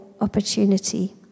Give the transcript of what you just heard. opportunity